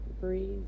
breathe